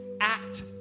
act